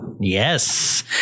Yes